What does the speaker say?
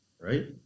right